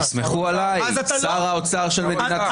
תסמכו עלי, שר האוצר של מדינת ישראל.